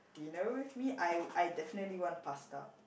dinner with me I'll I definitely want pasta